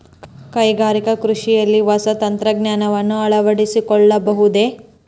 ಕೈಗಾರಿಕಾ ಕೃಷಿಯಲ್ಲಿ ಹೊಸ ತಂತ್ರಜ್ಞಾನವನ್ನ ಅಳವಡಿಸಿಕೊಳ್ಳಬಹುದೇ?